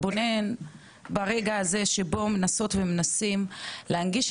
ומנסים להנגיש את המידע הזה של אנשים שעובדים,